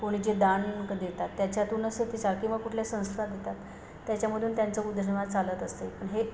कोणी जे दान क देतात त्याच्यातूनच तर ते चाल किंवा कुठल्या संस्था देतात त्याच्यामधून त्यांचं उदरनिर्वाह चालत असते पण हे